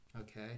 okay